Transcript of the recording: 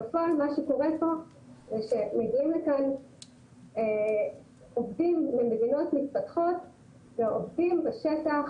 בפועל מה שקורה פה שמגיעים לכאן עובדים ממדינות מתפתחות ועובדים בשטח